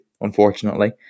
unfortunately